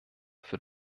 für